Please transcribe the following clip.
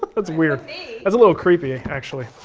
that's weird, that's a little creepy, actually.